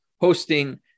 hosting